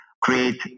create